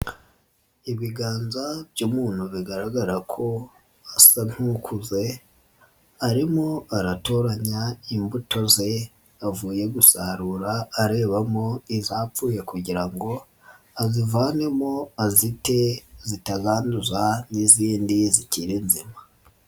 Ibiganza by'umuntu bigaragara ko asa nk'ukuze arimo aratoranya imbuto ze avuye gusarura arebamo izapfuye kugira ngo azivanemo azite zitazanduza n'izindi zikiri nzima.